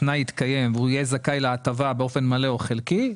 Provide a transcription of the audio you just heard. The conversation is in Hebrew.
התנאי התקיים והוא יהיה זכאי להטבה באופן מלא או חלקי,